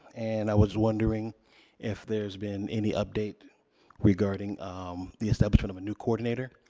and i was wondering if there's been any update regarding um the establishment of a new coordinator.